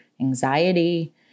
anxiety